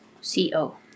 C-O